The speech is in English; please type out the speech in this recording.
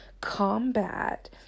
combat